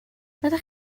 ydych